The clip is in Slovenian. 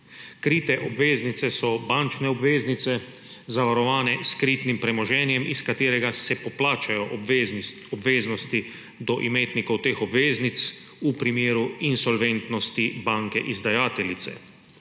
Krite obveznice so bančne obveznice, zavarovane s kritnim premoženjem, iz katerega se poplačajo obveznosti do imetnikov teh obveznic v primeru insolventnosti banke izdajateljice.